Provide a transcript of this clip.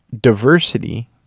diversity